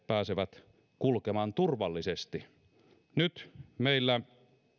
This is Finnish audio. pääsevät kulkemaan turvallisesti nyt meillä